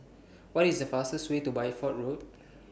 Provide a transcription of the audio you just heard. What IS The fastest Way to Bideford Road